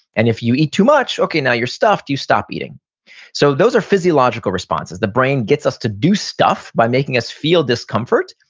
and if you eat too much, okay now you're stuffed, you stop eating so those are physiological responses the brain gets us to do stuff by making us feel discomfort,